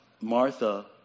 Martha